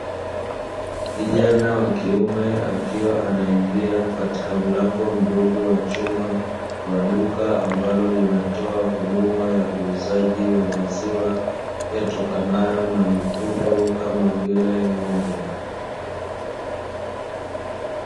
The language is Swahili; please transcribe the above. Kijana wa kiume akiwa anaingia katika mlango mdogo wa chuma wa duka ambalo linatoa huduma ya uuzaji wa maziwa yatokanayo na mifugo kama vile ng'ombe.